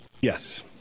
Yes